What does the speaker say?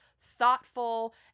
thoughtful